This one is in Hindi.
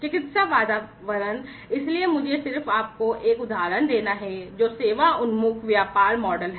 चिकित्सा वातावरण एक उदाहरण है जो सेवा उन्मुख व्यापार मॉडल है